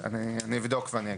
אני אבדוק ואני אגיד.